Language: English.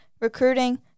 recruiting